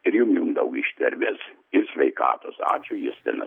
irj jum jum daug ištvermės ir sveikatos ačiū justinas